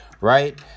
right